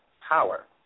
power